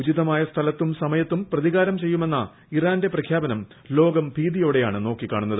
ഉചിതമായ സ്ഥലത്തും ഏമ്ത്തും പ്രതികാരം ചെയ്യുമെന്ന ഇറാന്റെ പ്രഖ്യാപനം ലോകം ഭീതിയോടെയാണ് നോക്കി കാണുന്നത്